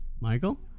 Michael